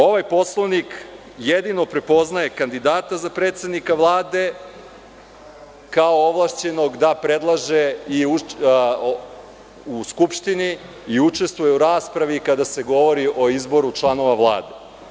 Ovaj Poslovnik jedino prepoznaje kandidata za predsednika Vlade, kao ovlašćenog da predlaže u Skupštini i učestvuje u raspravi kada se govori o izboru članova Vlade.